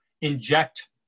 inject